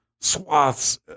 swaths